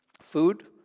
food